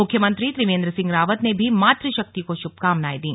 मुख्यमंत्री त्रिवेन्द्र सिंह रावत ने भी मातृशक्ति को शुभकामनाएं दी